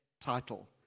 title